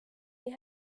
nii